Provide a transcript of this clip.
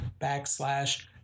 backslash